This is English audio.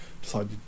decided